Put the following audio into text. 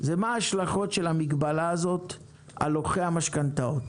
הוא מה ההשלכות של המגבלה הזאת על לוקחי המשכנתאות.